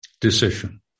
Decision